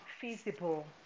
feasible